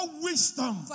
wisdom